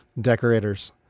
decorators